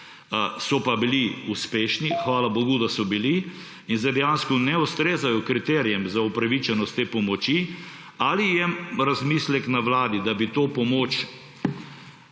so pa bili uspešni, hvala bogu, da so bili, in sedaj dejansko ne ustrezajo kriterijem za upravičenost te pomoči. Ali je razmislek na vladi, da jim